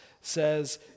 says